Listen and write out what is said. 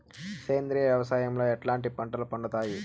సేంద్రియ వ్యవసాయం లో ఎట్లాంటి పంటలు పండుతాయి